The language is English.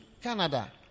Canada